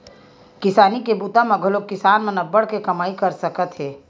किसानी के बूता म घलोक किसान मन अब्बड़ के कमई कर सकत हे